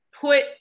put